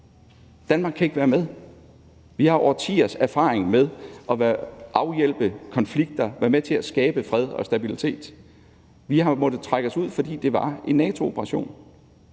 Danmark kan ikke være med. Vi har årtiers erfaring med at afhjælpe konflikter og være med til at skabe fred og stabilitet. Vi har måttet trække os ud, fordi det var en NATO-operation,